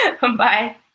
Bye